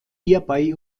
hierbei